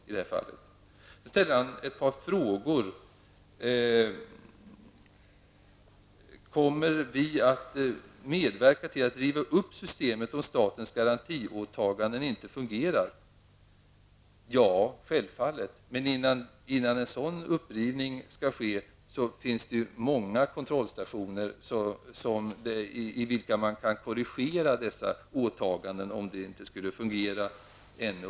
Vidare ställde Agne Hansson ett par frågor. Kommer vi att medverka till att riva upp systemet när statens kreditgarantiåtaganden inte fungerar? Ja, självfallet, men innan en sådan upprivning skall ske finns det många kontrollstationer, i vilka man kan korrigera dessa åtaganden, om de inte skulle fungera ännu.